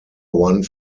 one